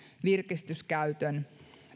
virkistyskäytön